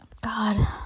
God